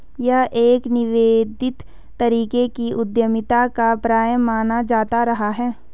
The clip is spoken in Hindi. यह एक निवेदित तरीके की उद्यमिता का पर्याय माना जाता रहा है